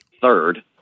third